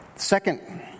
Second